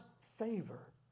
favor